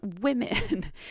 women